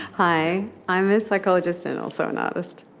hi, i'm a psychologist and also an artist.